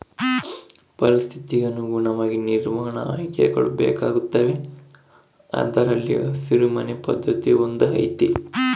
ಪರಿಸ್ಥಿತಿಗೆ ಅನುಗುಣವಾಗಿ ನಿರ್ವಹಣಾ ಆಯ್ಕೆಗಳು ಬೇಕಾಗುತ್ತವೆ ಅದರಲ್ಲಿ ಹಸಿರು ಮನೆ ಪದ್ಧತಿಯೂ ಒಂದು ಐತಿ